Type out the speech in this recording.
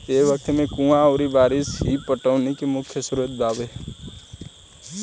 ए वक्त में कुंवा अउरी बारिस ही पटौनी के मुख्य स्रोत बावे